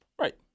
Right